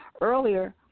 earlier